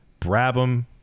Brabham